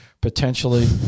potentially